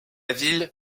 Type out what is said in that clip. ville